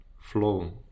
flow